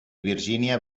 virgínia